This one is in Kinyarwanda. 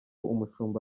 umushumba